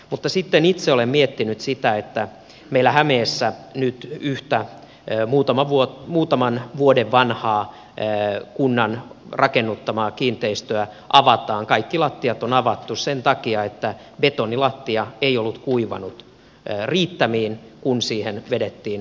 mutta sitten itse olen miettinyt sitä kun meillä hämeessä nyt yhtä muutaman vuoden vanhaa kunnan rakennuttamaa kiinteistöä avataan kaikki lattiat on avattu sen takia että betonilattia ei ollut kuivanut riittämiin kun siihen vedettiin muovimatto päälle